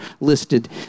listed